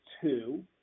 two